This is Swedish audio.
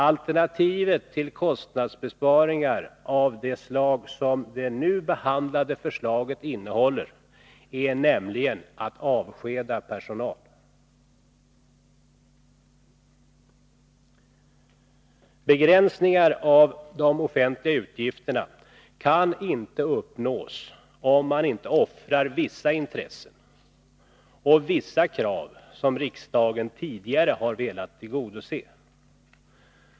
Alternativet till kostnadsbesparingar av det slag som det nu behandlade förslaget innehåller är nämligen att avskeda personal. Begränsningar av de offentliga utgifterna kan inte uppnås om man inte offrar vissa intressen och vissa krav som riksdagen tidigare har velat tillgodose.